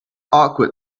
awkward